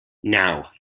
now